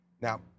Now